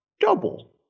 double